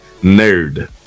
nerd